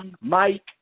Mike